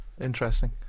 interesting